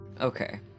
Okay